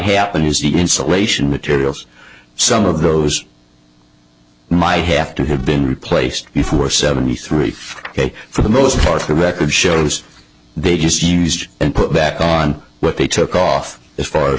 happen if the insulation materials some of those might have to have been replaced before seventy three ok for the most part the record shows they just used and put back on what they took off as far as